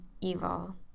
evil